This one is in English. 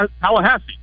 Tallahassee